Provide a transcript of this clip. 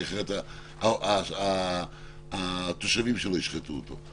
כי אחרת התושבים שלו ישחטו אותו.